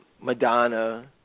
Madonna